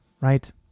right